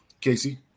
Casey